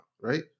right